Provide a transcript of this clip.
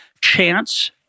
Chance